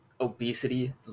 obesity